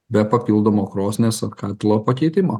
be papildomo krosnies ar katilo pakeitimo